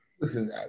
Listen